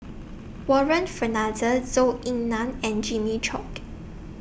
Warren Fernandez Zhou Ying NAN and Jimmy Chok